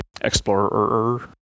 Explorer